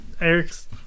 Eric's